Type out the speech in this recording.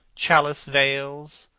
chalice-veils,